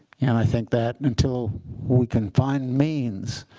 and i think that until we can find means